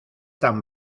tan